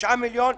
9 מיליון שקל,